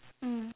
mm